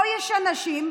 פה יש אנשים,